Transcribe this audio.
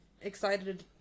excited